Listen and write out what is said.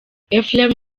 ephrem